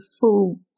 full